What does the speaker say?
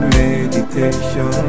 meditation